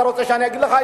אתה רוצה שאני אגיד לך?